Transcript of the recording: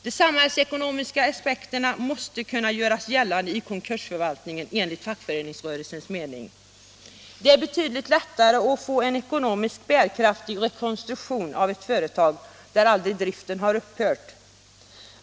De samhällsekonomiska aspekterna måste enligt fackföreningsrörelsens mening kunna göras gällande i konkursförvaltningen. Det är betydligt lättare att få en ekonomiskt bärkraftig rekonstruktion av ett företag om driften där aldrig har upphört.